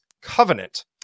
covenant